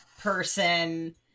person